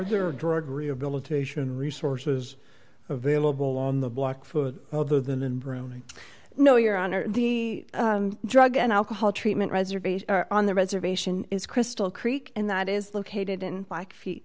there drug rehabilitation resources available on the block for other than in brunei no your honor the drug and alcohol treatment reservation on the reservation is crystal creek and that is located in like feet